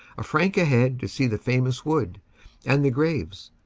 a franc a head to see the famous wood and the graves.